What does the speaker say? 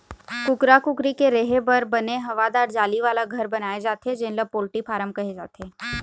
कुकरा कुकरी के रेहे बर बने हवादार जाली वाला घर बनाए जाथे जेन ल पोल्टी फारम कहे जाथे